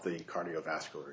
the cardiovascular